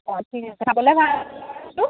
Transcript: অঁ ঠিক আছে খাবলৈ টো